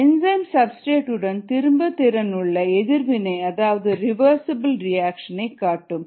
enzyme substrate உடன் திரும்பு திறனுள்ள எதிர்வினை அதாவது ரிவர்ஸிபில் ரியாக்சன் காட்டும்